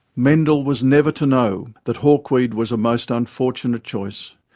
mendel was never to know that hawkweed was a most unfortunate choice,